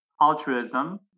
altruism